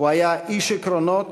הוא היה איש עקרונות,